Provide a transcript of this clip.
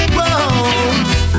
Whoa